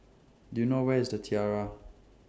Do YOU know Where IS The Tiara